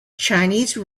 chinese